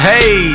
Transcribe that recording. Hey